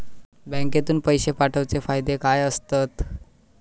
बँकेतून पैशे पाठवूचे फायदे काय असतत?